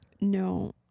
No